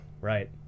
right